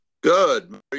Good